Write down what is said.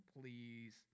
please